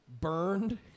burned